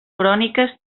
cròniques